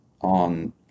on